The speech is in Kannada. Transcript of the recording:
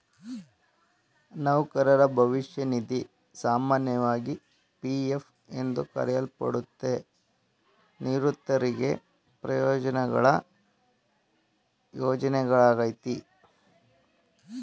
ನೌಕರರ ಭವಿಷ್ಯ ನಿಧಿ ಸಾಮಾನ್ಯವಾಗಿ ಪಿ.ಎಫ್ ಎಂದು ಕರೆಯಲ್ಪಡುತ್ತೆ, ನಿವೃತ್ತರಿಗೆ ಪ್ರಯೋಜ್ನಗಳ ಯೋಜ್ನೆಯಾಗೈತೆ